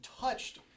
touched